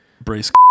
brace